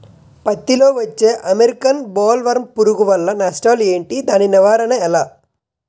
పత్తి లో వచ్చే అమెరికన్ బోల్వర్మ్ పురుగు వల్ల నష్టాలు ఏంటి? దాని నివారణ ఎలా?